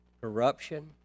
corruption